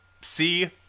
See